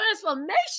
transformation